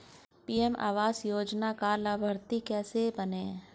PM आवास योजना का लाभर्ती कैसे बनें?